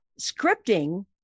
scripting